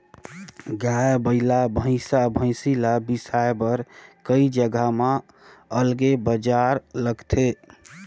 गाय, बइला, भइसा, भइसी ल बिसाए बर कइ जघा म अलगे बजार लगथे